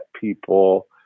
people